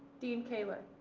dean kahler,